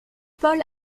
paul